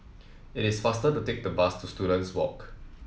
it is faster to take the bus to Students Walk